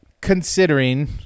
considering